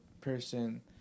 person